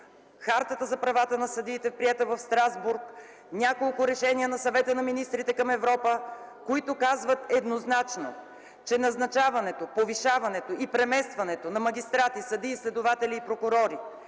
Хартата за правата на съдиите, приета в Страсбург, няколко решения на Съвета на министрите към Европа, които казват еднозначно: назначаването, повишаването и преместването на магистрати, съдии, следователи и прокурори,